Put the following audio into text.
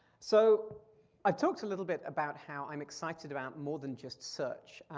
so i've talked a little bit about how i'm excited about more than just search.